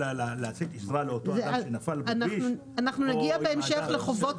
אנחנו נגיע בהמשך לחובות